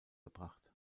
gebracht